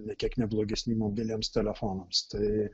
nė kiek neblogesni mobiliems telefonams tai